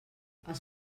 els